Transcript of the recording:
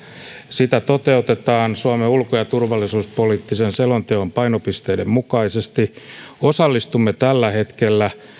sitä toteutetaan suomen ulko ja turvallisuuspoliittisen selonteon painopisteiden mukaisesti osallistumme tällä hetkellä